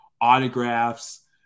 autographs